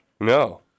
No